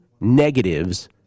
negatives